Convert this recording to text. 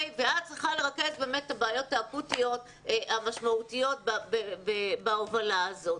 את צריכה לרכז את הבעיות האקוטיות המשמעותיות בהובלה הזאת.